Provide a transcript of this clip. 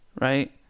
right